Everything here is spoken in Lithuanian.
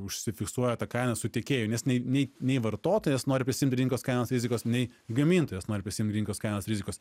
užsifiksuoja ta kaina su tiekėju nes nei nei nei vartotojas nori prisiimti rinkos kainos rizikos nei gamintojas nori prisiimt rinkos kainos rizikos